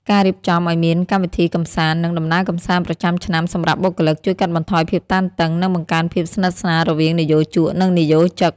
ការរៀបចំឱ្យមានកម្មវិធីកម្សាន្ត និងដំណើរកម្សាន្តប្រចាំឆ្នាំសម្រាប់បុគ្គលិក ជួយកាត់បន្ថយភាពតានតឹង និងបង្កើនភាពស្និទ្ធស្នាលរវាងនិយោជក និងនិយោជិត។